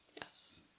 yes